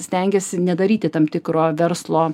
stengiasi nedaryti tam tikro verslo